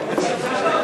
מעמד.